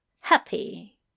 happy